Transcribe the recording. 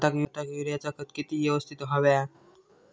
भाताक युरियाचा खत किती यवस्तित हव्या?